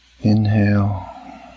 Inhale